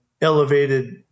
elevated